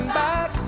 back